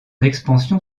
expansion